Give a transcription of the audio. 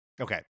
Okay